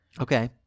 okay